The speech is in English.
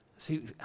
See